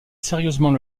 sérieusement